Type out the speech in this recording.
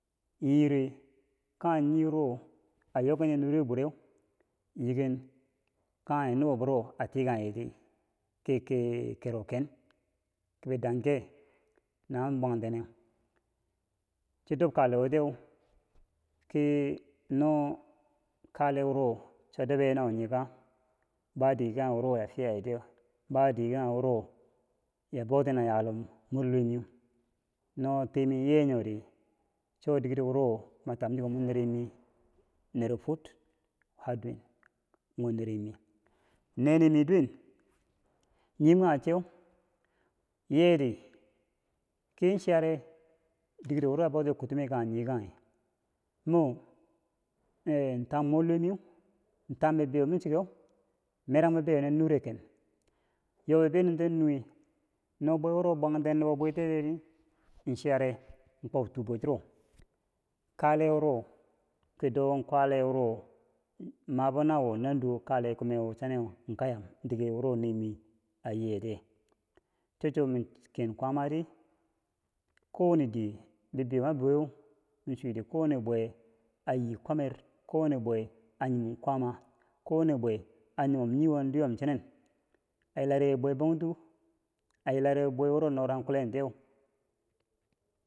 nyire kanghe niwuro a yoken ye digero bwir yiken kanghe nubo biro a tinkang ye tiki ki kero ken kebi danke na bwangteneu cho dob kale wo tiyeu ki no kale woro cho dubye nawo nyeka? ba digero kanghe wuro a fiyaye tiyeu ba dikekanghe wuro chiaya bouti na yalum mir luwe miu no teeme yiyenyori cho digero wuro ma tamchiko mor nere mii ki nero fuwor mor neremi nenemi duwen nyo yimi kanghe che yiyeti ki chiyare digero wuro a booti ki kutome kanghe nikanghe mwo e- tami mor luwemiu bibeyo ma chekeun merang bibeyonen nure ken in yon bibeyoniten nuwe no bwe wuro bwangtan nubo bwirtiyeri in chiyare in kwob tuu bwee chiro kale wuro ki do kalewuro, mabon nawo nanduwo nubo naduwoche kalo keme kayam dikero nemi a yiyetiye cho chwo ma ken kwaamati ko wane diye bibeyo ma boweu mi chuti kowane bwe a yir kwamere kowane bwe a nyimon kwaama. kowane bwe a nyiman niwo duyom chine a yilare bongtu, ayilare bwewuro norang kulentiye.